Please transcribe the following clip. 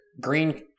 Green